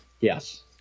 Yes